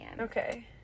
Okay